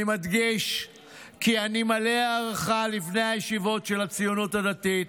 אני מדגיש כי אני מלא הערכה לבני הישיבות של הציונות הדתית,